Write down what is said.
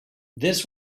this